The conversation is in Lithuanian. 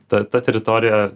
ta ta teritorija